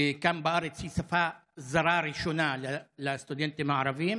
כאן בארץ שפה זרה ראשונה לסטודנטים הערבים